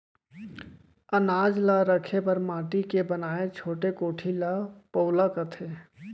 अनाज ल रखे बर माटी के बनाए छोटे कोठी ल पउला कथें